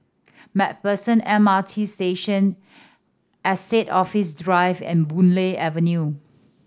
Macpherson M R T Station Estate Office Drive and Boon Lay Avenue